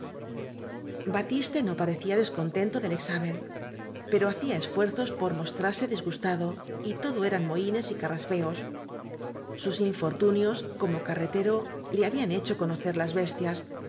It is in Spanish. batiste no parecía descontento del examen pero hacía esfuerzos por mostrarse disgustado y tocio eran mohines y carraspeos sus infor tunios como carretero le habían hecho conocer las bestias